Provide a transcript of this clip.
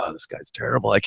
ah this guy's terrible. like